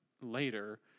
later